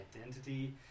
identity